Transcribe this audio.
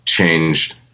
Changed